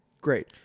Great